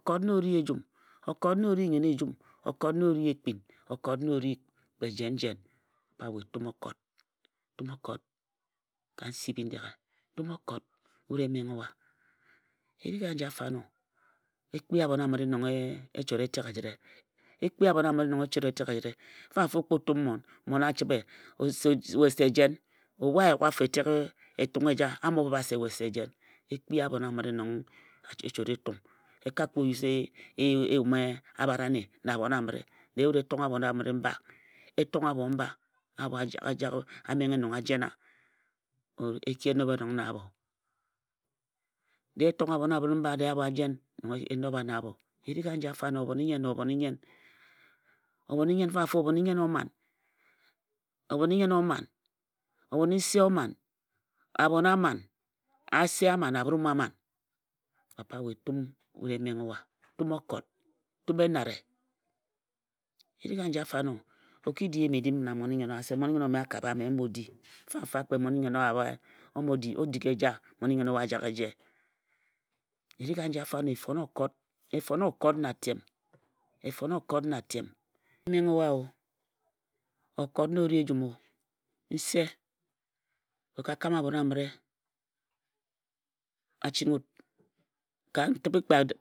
Okot na o ri ejum. Okot na o ri nnyene ejum. Okot na ori ekpin okot na ori kpe jen jen. Papa we tum okot, tum okot. Ka nsi Bindeghe. Tum okot wut e menghe wa. Eric aji afo ano e kpi abhon amire nong e chora etek ejire fanfa o kpo tum mmon, mmon a chibhe we se jen? Ebhu a yugha afo Etung eja a mo bob wa we se jen. E kpi abhon amire nong a chora etung. E ka kpo use eyum abhare-ane na abhon amire. E tonghe abhon amire mba, e tonghe abho mba nyi abho a menghe nong a jena. E ki nob erong na abho. Dee e tonghe abhon amire mba dee abho a jen nong e nobha na abho. Erik aji afo ano obhoni nnyen na obhoni nnyen. Obhoni nnyen mfanfa obhon-i-nnyen o man. obhon-i-nse o man Abhon a man Ase a man, Arum a man. Papa we tum wut emenghe wa, tum okot tum enare. Erik aji afo amo o ki di eyim-edim na mmon-i-nnyen owa se mmon-i-nnyen owa a ka bha mme m bo di. Fafa kpe mmon-i-nnyen owa na a bhae o dik eja mmon-i-nnyen owa a jak eje. Erik aji afo ano e fone okot e fone okkot na atem e menghe wa o okot na ori ejum o-Nse ka kam abhon amire a chinghi wut ka ntigbhe kpe a rabhe nan a bho chinghi nfone.